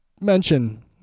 mention